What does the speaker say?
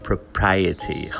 Propriety